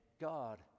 God